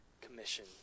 commission